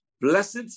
Blessed